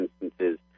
instances